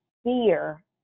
Fear